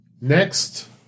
next